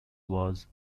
was